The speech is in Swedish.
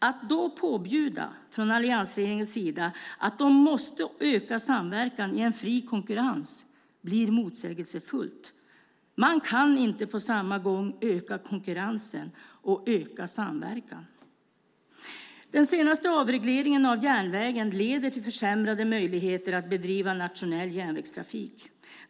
Att då påbjuda från alliansregeringens sida att de måste öka samverkan i en fri konkurrens blir motsägelsefullt. Man kan inte på samma gång öka konkurrensen och öka samverkan. Den senaste avregleringen av järnvägen leder till försämrade möjligheter att bedriva nationell järnvägstrafik.